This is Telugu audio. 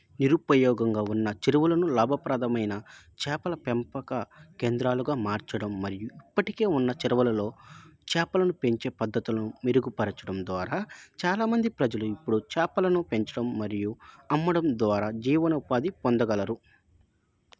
నిరుపయోగంగా ఉన్న చెరువులను లాభప్రదమైన చేపల పెంపక కేంద్రాలుగా మార్చడం మరియు ఇప్పటికే ఉన్న చెరువులలో చేపలను పెంచే పద్ధతులు మెరుగుపరచడం ద్వారా చాలా మంది ప్రజలు ఇప్పుడు చేపలను పెంచడం మరియు అమ్మడం ద్వారా జీవనోపాధి పొందగలరు